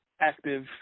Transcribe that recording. active